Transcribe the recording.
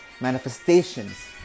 manifestations